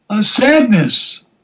sadness